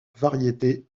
variétés